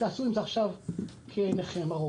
תעשו עם זה עכשיו כראות עיניכם.